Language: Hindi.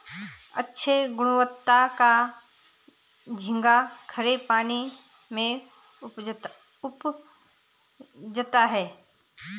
अच्छे गुणवत्ता का झींगा खरे पानी में उपजता है